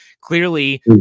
clearly